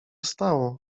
stało